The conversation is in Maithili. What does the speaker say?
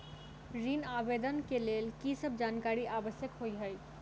ऋण आवेदन केँ लेल की सब जानकारी आवश्यक होइ है?